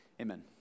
amen